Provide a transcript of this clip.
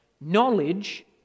Knowledge